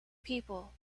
people